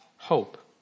Hope